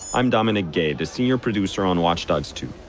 i'm dominic guay, the senior producer on watch dogs two,